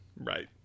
Right